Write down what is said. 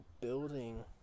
building